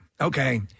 okay